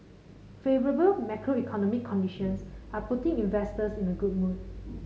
favourable macroeconomic conditions are putting investors in a good mood